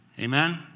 Amen